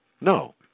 No